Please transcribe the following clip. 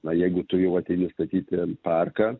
na jeigu tu jau ateini statyt ten parką